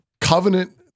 covenant